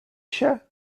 się